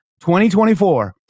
2024